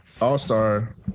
All-Star